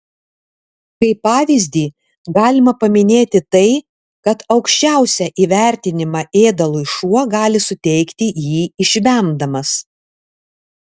kaip pavyzdį galima paminėti tai kad aukščiausią įvertinimą ėdalui šuo gali suteikti jį išvemdamas